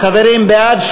חברים, בעד,